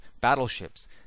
battleships